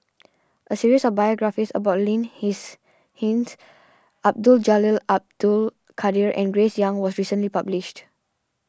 a series of biographies about Lin Hsin Hsin Abdul Jalil Abdul Kadir and Grace Young was recently published